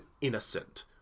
Innocent